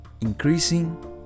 increasing